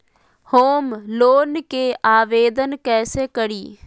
Home loan के आवेदन कैसे करि?